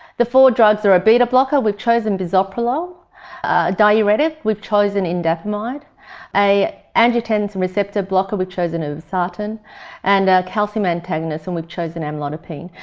the four drugs are a beta-blocker, we've chosen bisoprolol a diuretic, we've chosen indapamide an angiotensin-receptor blocker, we've chosen irbesartan and a calcium antagonist, and we've chosen amlodipine.